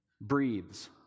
breathes